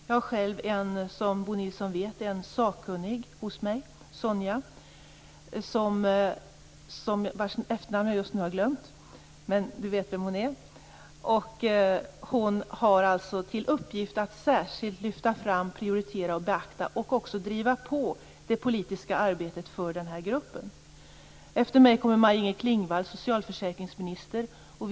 Jag har, som Bo Nilsson vet, en sakkunnig hos mig, Sonja Fransson, som har till uppgift att särskilt lyfta fram, prioritera och beakta den här gruppen liksom också att driva på det politiska arbetet för den. Efter mig på föredragningslistan kommer socialförsäkringsminister Maj-Inger Klingvall.